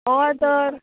होय तर